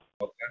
Okay